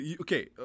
okay